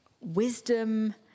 wisdom